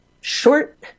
short